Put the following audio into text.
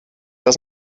das